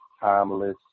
Timeless